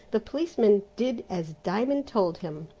the policeman did as diamond told him,